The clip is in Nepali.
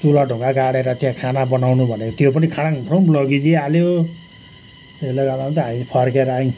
चुला ढुङ्गा गाडेर त्यहाँ खाना बनाउनु भनेको त्यो पनि खाडामखुडुम लगिदिइहाल्यो त्यसले गर्दाखेरि हामी फर्केर आयौँ